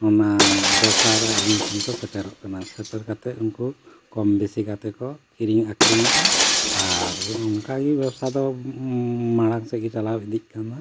ᱚᱱᱟ ᱵᱮᱵᱽᱥᱟ ᱨᱮ ᱟᱹᱞᱤᱧ ᱴᱷᱮᱱ ᱠᱚ ᱥᱮᱴᱮᱨᱚᱜ ᱠᱟᱱᱟ ᱥᱮᱴᱮᱨ ᱠᱟᱛᱮ ᱩᱱᱠᱩ ᱠᱚᱢ ᱵᱤᱥᱤ ᱠᱟᱛᱮ ᱠᱚ ᱠᱤᱨᱤᱧ ᱟᱹᱠᱷᱨᱤᱧᱮᱫᱟ ᱟᱨ ᱚᱱᱠᱟᱜᱮ ᱵᱮᱵᱽᱥᱟ ᱫᱚ ᱢᱟᱲᱟᱝ ᱥᱮᱫ ᱜᱮ ᱪᱟᱞᱟᱣ ᱤᱫᱤᱜ ᱠᱟᱱᱟ